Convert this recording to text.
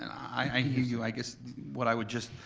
i hear you, i guess what i would just,